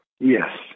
Yes